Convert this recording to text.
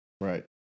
Right